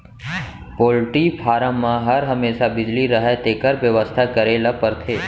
poultry farm म हर हमेसा बिजली रहय तेकर बेवस्था करे ल परथे